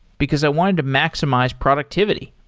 because i wanted to maximize productivity.